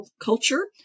culture